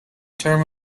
term